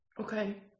okay